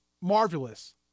marvelous